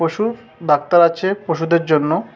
পশুর ডাক্তার আছে পশুদের জন্য